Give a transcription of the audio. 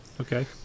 Okay